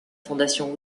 fondation